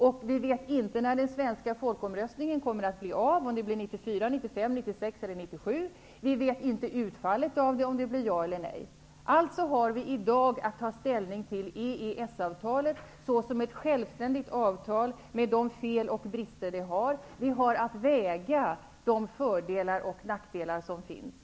Vi vet inte heller om den svenska folkomröstningen blir av 1994, 1995, 1996 eller 1997. Vi vet inte om utfallet av omröstningen blir ett ja eller ett nej. Vi måste alltså i dag att ta ställning till EES-avtalet såsom ett självständigt avtal, med de fel och brister det har. Vi har att väga de fördelar och de nackdelar som finns.